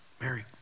Mary